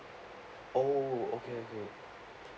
oh okay okay